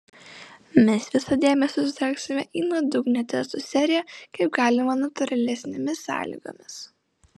mes visą dėmesį sutelksime į nuodugnią testų seriją kaip galima natūralesnėmis sąlygomis